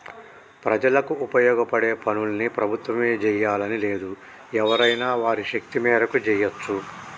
ప్రజలకు ఉపయోగపడే పనుల్ని ప్రభుత్వమే జెయ్యాలని లేదు ఎవరైనా వారి శక్తి మేరకు జెయ్యచ్చు